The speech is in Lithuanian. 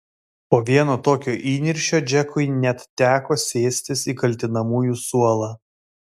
po vieno tokio įniršio džekui net teko sėstis į kaltinamųjų suolą